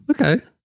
Okay